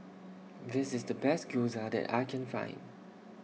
This IS The Best Gyoza that I Can Find